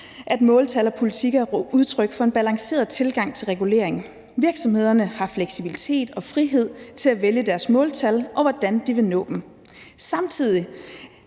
at måltal og politikker er udtryk for en balanceret tilgang til regulering. Virksomhederne har fleksibilitet og frihed til at vælge deres måltal, og hvordan de vil nå dem. Samtidig